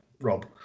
rob